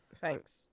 Thanks